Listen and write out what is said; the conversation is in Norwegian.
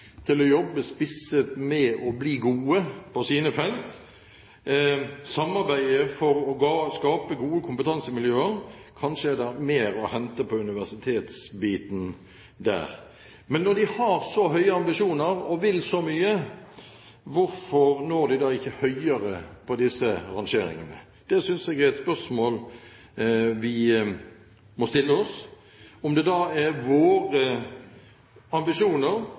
til å jobbe spisset mot å bli gode på sine felt, samarbeide for å skape gode kompetansemiljøer. Kanskje er det mer å hente på universitetsbiten der? Når de har så høye ambisjoner og vil så mye, hvorfor når de da ikke høyere på disse rangeringene? Det synes jeg er et spørsmål vi må stille oss, og om det kan gjøres noe med våre ambisjoner